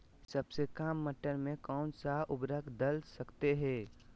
सबसे काम मटर में कौन सा ऊर्वरक दल सकते हैं?